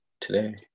today